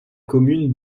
commune